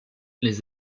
les